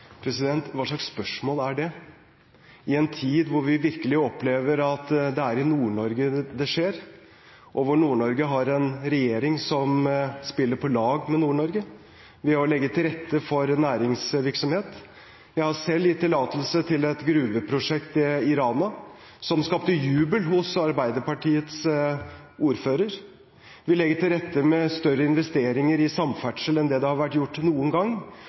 Hva slags spørsmål er det – i en tid hvor vi virkelig opplever at det er i Nord-Norge det skjer, og hvor Nord-Norge har en regjering som spiller på lag med Nord-Norge ved å legge til rette for næringsvirksomhet? Jeg har selv gitt tillatelse til et gruveprosjekt i Rana, som skapte jubel hos Arbeiderpartiets ordfører. Vi legger til rette med større investeringer i samferdsel enn det det har vært gjort noen gang,